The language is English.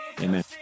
Amen